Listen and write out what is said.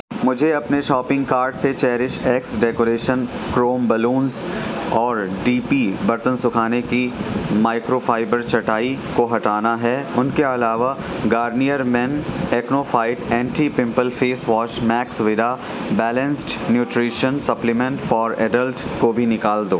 مجھے اپنے shopping cart سے cherish X decoration chrome balloons اور ڈی پی برتن سکھانے کی مائکرو فائبر چٹائی کو ہٹانا ہے ان کے علاوہ Garnier men acno fight anti pimple face wash Maxvida balanced nutrition supplement for adult کو بھی نکال دو